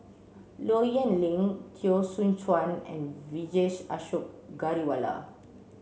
Low Yen Ling Teo Soon Chuan and Vijesh Ashok Ghariwala